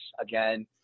Again